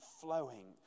flowing